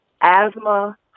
asthma